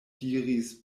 diris